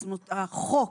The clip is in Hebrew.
אז החוק